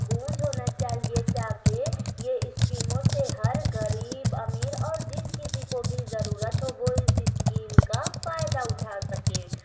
گونج ہونا چاہیے تاکہ یہ اسکیموں سے ہر غریب امیر اور جس کسی کو بھی ضرورت ہو وہ اس اسکیم کا فائدہ اٹھا سکیں